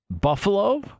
Buffalo